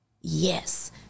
Yes